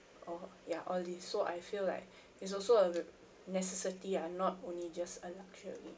or ya all these so I feel like it's also a necessity ah not only just a luxury